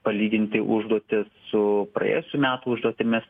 palyginti užduotis su praėjusių metų užduotimis